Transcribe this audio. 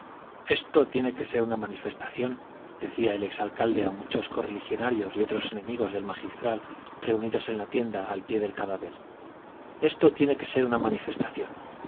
esto tiene que ser una manifestación decía del ex alcalde a muchos correligionarios y otros enemigos del magistral reunidos en la tienda al pie del cadáver esto tiene que ser una manifestación